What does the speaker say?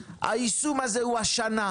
בחברה הערבית זה להילחם בשוק האפור והשחור.